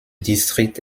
district